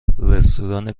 رستوران